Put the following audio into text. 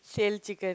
sale chicken